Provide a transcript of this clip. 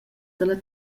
dalla